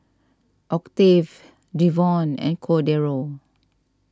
Octave Devon and Cordero